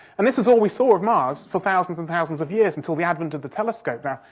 and this is all we saw of mars for thousands and thousands of years, until the advent of the telescope. now,